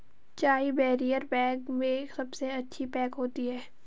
चाय barrier bag में सबसे अच्छी पैक होती है